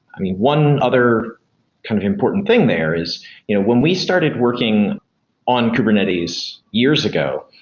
one other kind of important thing there is when we started working on kubernetes years ago,